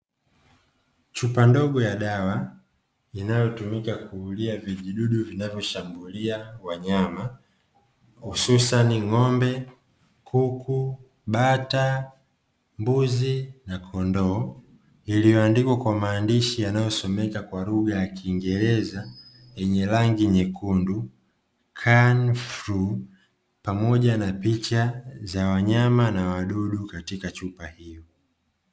Chupa ndogo ya dawa, inayotumika kuulia vijidudu vinavyoshambulia wanyama hususani ng'ombe, kuku, bata, mbuzi na kondoo, iliyoandikwa kwa maandishi yanayosomeka kwa lugha ya kiingereza yenye rangi nyekundu "KanFlu" pamoja na picha za wanyama na wadudu katika chupa hiyo.